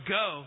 go